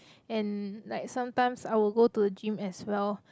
and like sometimes I will go to the gym as well